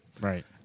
Right